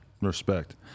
respect